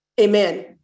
Amen